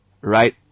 Right